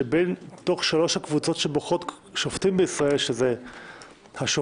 שמתוך שלוש הקבוצות שבוחרות שופטים בישראל שזה השופטים,